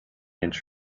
inch